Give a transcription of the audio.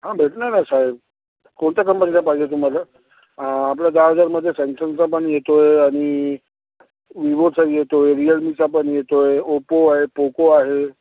हां भेटणार ना साहेब कोणत्या कंपनीचा पाहिजे तुम्हाला आपलं दहा हजारामध्ये सॅमसंगचा पण येतो आहे आणि विवोचाही येतो आहे रिअलमीचा पण येतो आहे ओपो आहे पोको आहे